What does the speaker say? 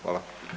Hvala.